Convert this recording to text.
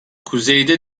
kuzeyde